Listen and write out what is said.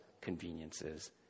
conveniences